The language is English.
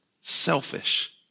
selfish